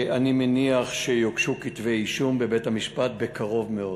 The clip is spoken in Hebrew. אני מניח שיוגשו כתבי-אישום לבית-המשפט בקרוב מאוד.